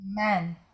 Amen